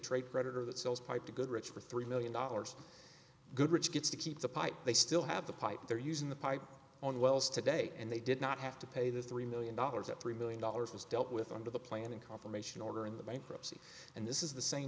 trade predator that sells pipe to goodrich for three million dollars goodrich gets to keep the pipe they still have the pipe they're using the pipe on wells today and they did not have to pay the three million dollars that three million dollars was dealt with under the planning confirmation order in the bankruptcy and this is the same